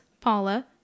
paula